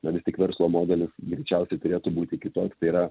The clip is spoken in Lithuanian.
na vis tik verslo modelis greičiausiai turėtų būti kitoks tai yra